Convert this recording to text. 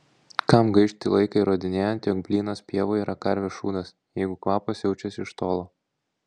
kam gaišti laiką įrodinėjant jog blynas pievoje yra karvės šūdas jeigu kvapas jaučiasi iš tolo